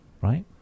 right